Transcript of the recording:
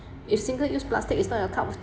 if single use plastic is not your cup of